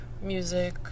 music